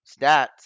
stats